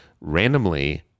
randomly